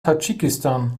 tadschikistan